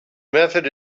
method